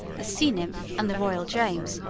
the sea-nymph and the royal james,